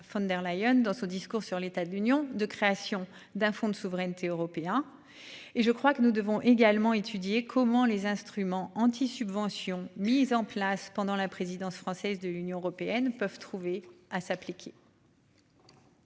Dans son discours sur l'état de l'union de création d'un fonds de souveraineté européen et je crois que nous devons également étudier comment les instruments anti-subventions mises en place pendant la présidence française de l'Union européenne peuvent trouver à s'appliquer.--